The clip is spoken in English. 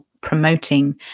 promoting